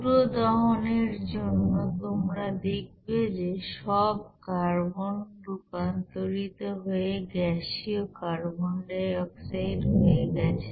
পুরো দহনের জন্য তোমরা দেখবে যে সব কার্বন রূপান্তরিত হয়ে গ্যাসীয় কার্বন ডাই অক্সাইড হয়ে গেছে